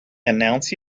announce